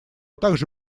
также